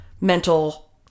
mental